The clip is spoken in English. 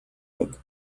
book